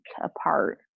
apart